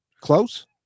close